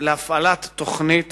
בנוגע להפעלת תוכנית